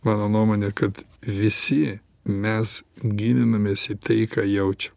mano nuomone kad visi mes gilinamės į tai ką jaučiam